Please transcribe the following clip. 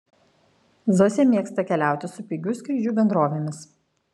zosė mėgsta keliauti su pigių skrydžių bendrovėmis